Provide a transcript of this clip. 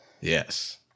Yes